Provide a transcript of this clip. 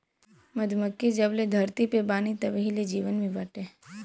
मधुमक्खी जबले धरती पे बानी तबही ले जीवन भी बाटे